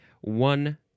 One